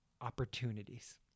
opportunities